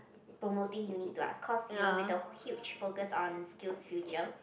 promoting uni to us cause you know wait the huge focus on skills future